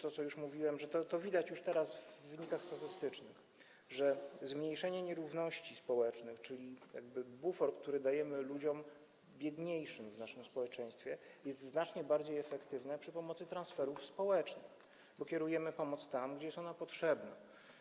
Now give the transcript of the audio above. to, co już mówiłem, to widać już teraz w wynikach statystycznych, że zmniejszenie nierówności społecznych, czyli jakby bufor, który dajemy ludziom biedniejszym w naszym społeczeństwie, jest znacznie bardziej efektywne przy pomocy transferów społecznych, bo kierujemy pomoc tam, gdzie jest ona potrzebna.